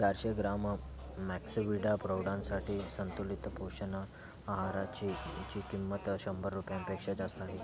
चारशे ग्राम मॅक्सविडा प्रौढांसाठी संतुलित पोषण आहाराची ची किंमत शंभर रुपयांपेक्षा जास्त आहे